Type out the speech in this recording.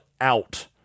out